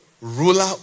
Ruler